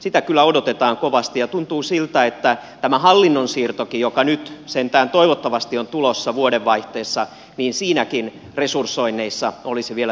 sitä kyllä odotetaan kovasti ja tuntuu siltä että tässä hallinnon siirrossakin joka nyt sentään toivottavasti on tulossa vuodenvaihteessa resursoinneissa olisi vielä toivomisen varaa